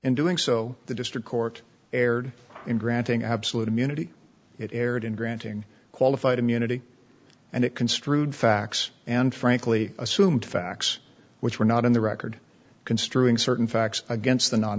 and doing so the district court erred in granting absolute immunity it erred in granting qualified immunity and it construed facts and frankly assumed facts which were not in the record construing certain facts against the non